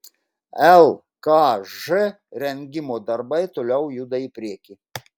lkž rengimo darbai toliau juda į priekį